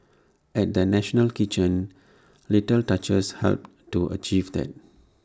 at the national kitchen little touches helped to achieve that